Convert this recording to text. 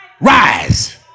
rise